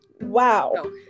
Wow